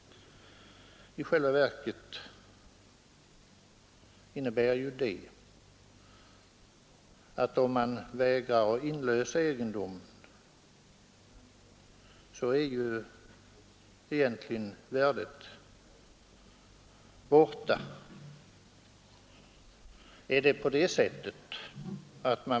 I själva verket innebär ju en vägran att inlösa egendomen att värdet är borta.